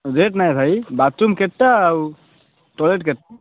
rate ନାହିଁ ଭାଇ bathroom କେତେଟା ଆଉ ଟଏଲେଟ୍ କେତ